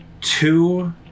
two